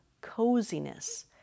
coziness